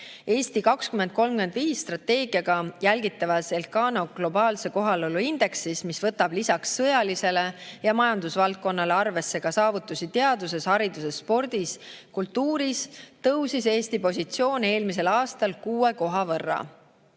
"Eesti 2035" jälgitavas ELCANO globaalse kohalolu indeksis, mis võtab lisaks sõjalisele ja majandusvaldkonnale arvesse ka saavutusi teaduses, hariduses, spordis ja kultuuris, tõusis Eesti positsioon eelmisel aastal kuue koha võrra.